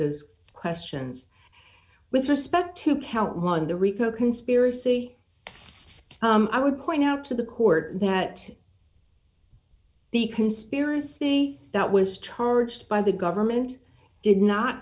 those questions with respect to count one the rico conspiracy i would point out to the court that the conspiracy that was charged by the government did not